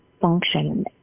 function